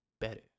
better